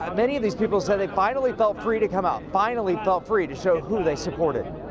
um many of these people said they finally felt free to come out. finally felt free to show who they supported.